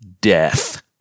death